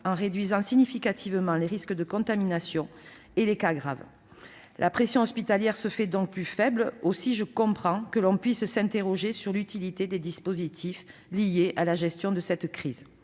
en réduisant significativement les risques de contamination et les cas graves. La pression hospitalière se fait plus faible. C'est pourquoi je comprends que l'on puisse s'interroger sur l'utilité des dispositifs liés à la gestion de cette crise.